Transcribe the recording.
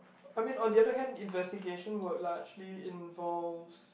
I mean on the other hand investigation would largely involves